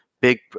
big